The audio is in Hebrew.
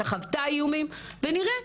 שחוותה איומים ונראה.